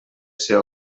ser